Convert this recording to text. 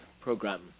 program